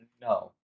No